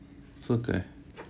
it's okay